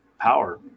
power